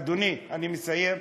אדוני, אני מסיים.